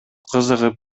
кызыгып